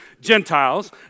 Gentiles